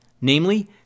namely